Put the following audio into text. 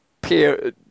peer